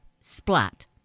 splat